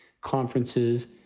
conferences